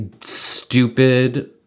stupid